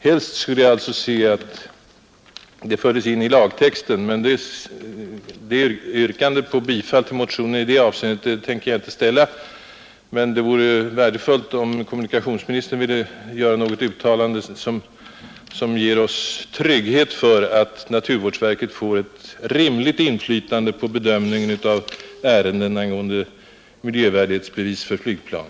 Helst skulle jag alltså se att en sådan bestämmelse fördes in i lagtexten, men något yrkande om bifall till motionen bredvid ett enhälligt betänkande tänker jag inte ställa. Det vore dock värdefullt om kommunikationsministern ville göra något uttalande som ger oss trygghet för att naturvårdsverket får ett rimligt inflytande på bedömningen av ärenden angående miljövärdighetsbevis för flygplan.